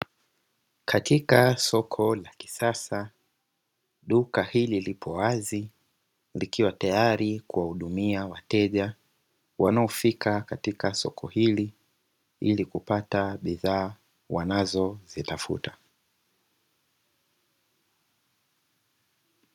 Katika soko la kisasa, duka hili lipo wazi likiwa tayari kuwahudumia wateja wanaofika katika soko hili. Ili kupata bidhaa wanazozitafuta.